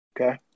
Okay